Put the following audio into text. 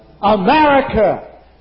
America